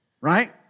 Right